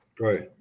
right